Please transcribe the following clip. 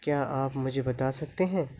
کیا آپ مجھے بتا سکتے ہیں